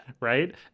right